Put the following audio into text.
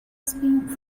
smuggling